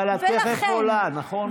אבל את תכף עולה, נכון?